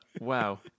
Wow